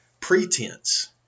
pretense